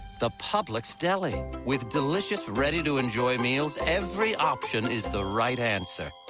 the publix deli. with delicious, ready to enjoy meals. every option is the right answer.